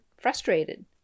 frustrated